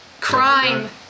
crime